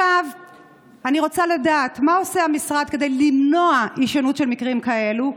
אני רוצה לדעת מה עושה המשרד כדי למנוע הישנות של מקרים כאלה.